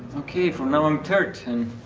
ok, for now i'm third and